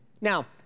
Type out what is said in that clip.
Now